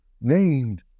named